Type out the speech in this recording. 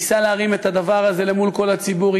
ניסה להרים את הדבר הזה מול כל הציבור.